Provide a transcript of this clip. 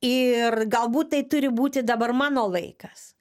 ir galbūt tai turi būti dabar mano laikas